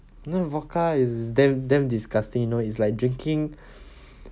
no vodka is damn damn disgusting you know it's like drinking